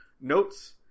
notes